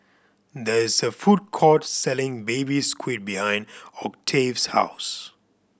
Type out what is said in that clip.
there is a food court selling Baby Squid behind Octave's house